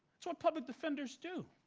it's what public defenders do.